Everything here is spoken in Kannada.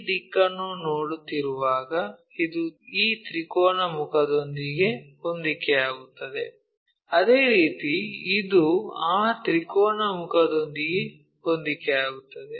ಈ ದಿಕ್ಕನ್ನು ನೋಡುತ್ತಿರುವಾಗ ಇದು ಈ ತ್ರಿಕೋನ ಮುಖದೊಂದಿಗೆ ಹೊಂದಿಕೆಯಾಗುತ್ತದೆ ಅದೇ ರೀತಿ ಇದು ಆ ತ್ರಿಕೋನ ಮುಖದೊಂದಿಗೆ ಹೊಂದಿಕೆಯಾಗುತ್ತದೆ